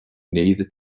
neither